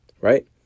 Right